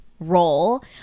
role